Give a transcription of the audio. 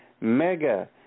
Mega